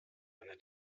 einer